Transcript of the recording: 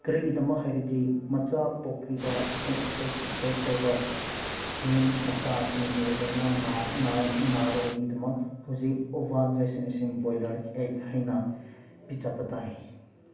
ꯀꯔꯤꯒꯤꯗꯃꯛ ꯍꯥꯏꯔꯗꯤ ꯃꯆꯥ ꯄꯣꯛꯂꯤꯕ ꯍꯦꯆ ꯍꯦꯆ ꯇꯧꯕ ꯌꯦꯟ ꯃꯆꯥꯁꯤꯡꯕꯨ ꯂꯥꯏꯅꯥ ꯅꯥꯔꯣꯏꯒꯤꯗꯃꯛ ꯍꯧꯖꯤꯛ ꯑꯣꯕꯥ ꯚꯦꯛꯁꯤꯅꯦꯁꯟ ꯕꯣꯏꯂꯔ ꯑꯦꯛ ꯍꯥꯏꯅ ꯄꯤꯖꯕ ꯇꯥꯏ